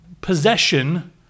possession